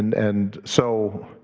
and so,